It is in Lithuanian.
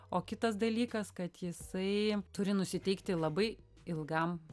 o kitas dalykas kad jisai turi nusiteikti labai ilgam